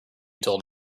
told